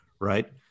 right